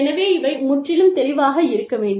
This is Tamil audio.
எனவே இவை முற்றிலும் தெளிவாக இருக்க வேண்டும்